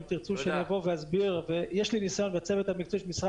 אם תרצו שאני אבוא ואסביר - יש לי ניסיון והצוות המקצועי של משרד